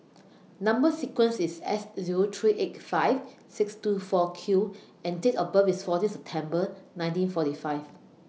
Number sequence IS S Zero three eight five six two four Q and Date of birth IS fourteen September nineteen forty five